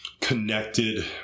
connected